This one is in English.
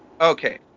Okay